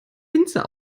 winzer